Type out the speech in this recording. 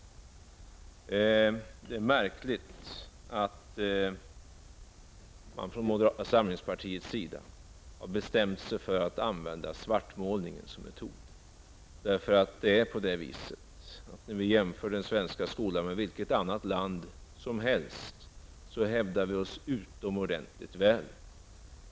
Det är märkligt att man från moderata samlingspartiets sida har bestämt sig för att använda svartmålning såsom metod. Om vi jämför den svenska skolan med vilket annat lands skola som helst, hävdar vi oss utomordentligt väl.